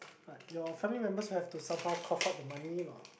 but your family members will have to somehow cough out the money lah